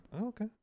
Okay